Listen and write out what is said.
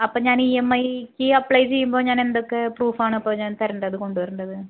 അപ്പം ഞാൻ ഈ എം ഐക്ക് അപ്ലൈ ചെയ്യുമ്പോൾ ഞാനെന്തൊക്കെ പ്രൂഫാണ് അപ്പം ഞാൻ തരേണ്ടത് കൊണ്ട് വരേണ്ടത്